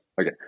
okay